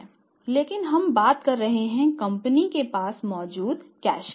लेकिन हम बात कर रहे हैं कंपनी के पास मौजूद कैश की